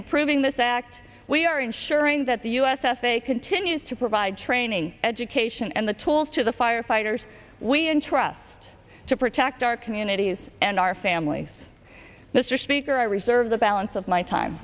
improving this act we are ensuring that the us s a continues to provide training education and the tools to the firefighters we entrust to protect our communities and our families mr speaker i reserve the balance of my time